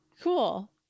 cool